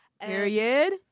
Period